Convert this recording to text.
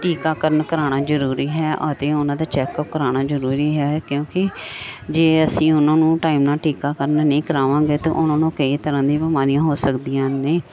ਟੀਕਾਕਰਨ ਕਰਾਉਣਾ ਜ਼ਰੂਰੀ ਹੈ ਅਤੇ ਉਹਨਾਂ ਦਾ ਚੈੱਕਅਪ ਕਰਾਉਣਾ ਜ਼ਰੂਰੀ ਹੈ ਕਿਉਂਕਿ ਜੇ ਅਸੀਂ ਉਹਨਾਂ ਨੂੰ ਟਾਈਮ ਨਾਲ ਟੀਕਾਕਰਨ ਨਹੀਂ ਕਰਾਵਾਂਗੇ ਅਤੇ ਉਹਨਾਂ ਨੂੰ ਕਈ ਤਰ੍ਹਾਂ ਦੀ ਬਿਮਾਰੀਆਂ ਹੋ ਸਕਦੀਆਂ ਨੇ